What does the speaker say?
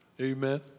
Amen